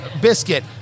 biscuit